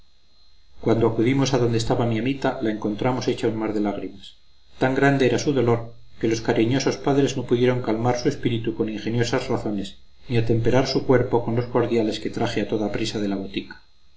cuando acudimos a donde estaba mi amita la encontramos tan grande era su dolor que los cariñosos padres no pudieron calmar su espíritu con ingeniosas razones ni atemperar su cuerpo con los cordiales que traje a toda prisa de la